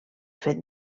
fet